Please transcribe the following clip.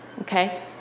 okay